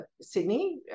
Sydney